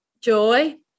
joy